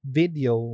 video